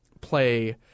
play